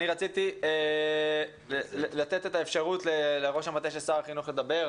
אני רציתי לתת את האפשרות לראש המטה של שר החינוך לדבר.